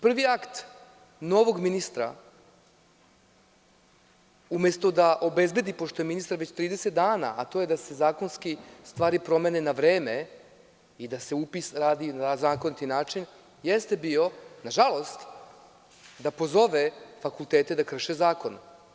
Prvi akt novog ministra umesto da obezbedi, pošto je ministar već 30 dana, a to je da se zakonski stvari promene na vreme i da se upis radi na zakoniti način, jeste bio, nažalost da pozove fakultete da krše zakone.